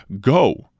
Go